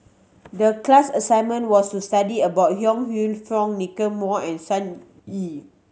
the class assignment was to study about Yong Lew Foong Nicky Moey and Sun Yee